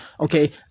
Okay